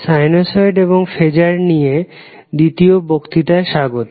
sinusoid এবং phasor এর নিয়ে দ্বিতীয় বক্তৃতায় স্বাগত